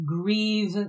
grieve